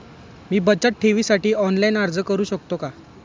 मी बचत ठेवीसाठी ऑनलाइन अर्ज करू शकतो का?